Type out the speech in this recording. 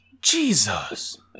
Jesus